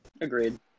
Agreed